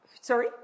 Sorry